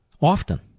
often